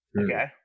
Okay